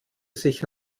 sich